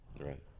right